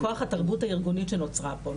מכוח התרבות הארגונית שנוצרה פה.